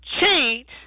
change